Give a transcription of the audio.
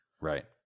Right